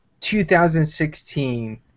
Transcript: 2016